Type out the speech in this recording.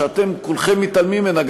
שאתם כולכם מתעלמים ממנה,